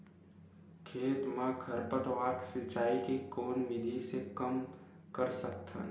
खेत म खरपतवार सिंचाई के कोन विधि से कम कर सकथन?